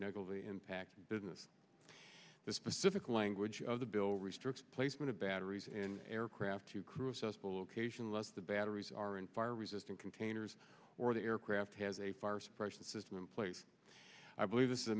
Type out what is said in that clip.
negatively impact business the specific language of the bill restricts placement of batteries and aircraft to crucible location lest the batteries are in fire resistant containers or the aircraft has a fire suppression system in place i believe